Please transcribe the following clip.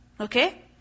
Okay